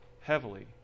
heavily